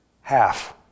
half